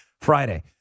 Friday